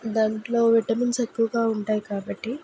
దాంట్లో విటమిన్స్ ఎక్కువగా ఉంటాయి కాబట్టి